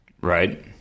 Right